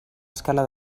escala